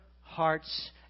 hearts